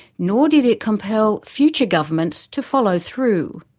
nor did it compel future governments to follow through.